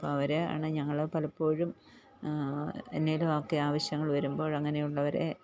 അപ്പം അവർ ആണ് ഞങ്ങളെ പലപ്പോഴും എന്തെങ്കിലും ഒക്കെ ആവശ്യങ്ങൾ വരുമ്പോൾ അങ്ങനെയുള്ളവരെ